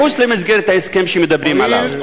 מחוץ למסגרת ההסכם שמדברים עליו.